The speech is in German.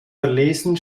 verlesen